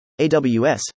AWS